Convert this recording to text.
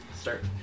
start